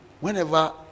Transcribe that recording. whenever